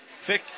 Fick